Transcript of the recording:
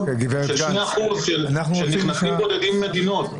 של 2% של נכנסים בודדים ממדינות.